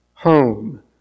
home